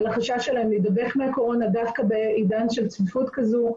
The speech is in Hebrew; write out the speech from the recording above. על החשש שלהם להידבק מקורונה דווקא בעידן של צפיפות כזאת.